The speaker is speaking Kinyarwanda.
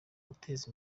guteza